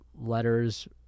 letters